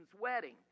wedding